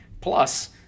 Plus